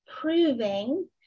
proving